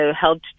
helped